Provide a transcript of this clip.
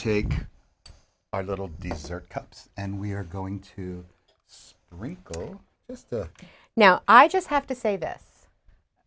take our little dessert cups and we're going to recall this now i just have to say this